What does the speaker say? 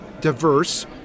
Diverse